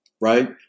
Right